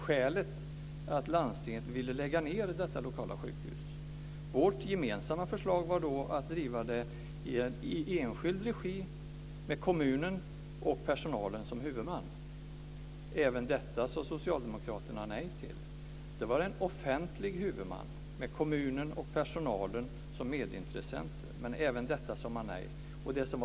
Skälet var att landstinget ville lägga ned detta lokala sjukhus. Vårt gemensamma förslag var då att driva det i enskild regi med kommunen och personalen som huvudman. Även detta sade Socialdemokraterna nej till. Det var fråga om en offentlig huvudman med kommunen och personalen som medintressenter, men även detta sade man nej till.